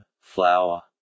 flower